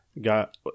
got